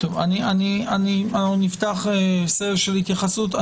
נפתח סבב של התייחסות.